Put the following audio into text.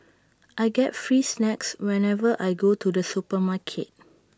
I get free snacks whenever I go to the supermarket